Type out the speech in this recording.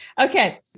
okay